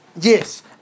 yes